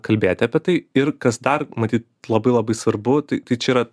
kalbėti apie tai ir kas dar matyt labai labai svarbu tai tai čia yra